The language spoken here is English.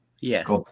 Yes